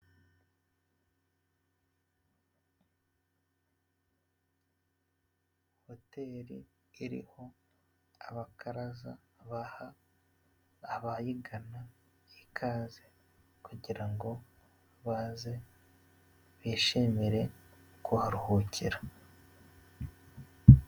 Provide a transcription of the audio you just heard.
Hoteri iriho abakaraza baha abayigana ikaze kugira ngo baze bishimire kuharuhukera.